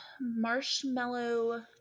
Marshmallow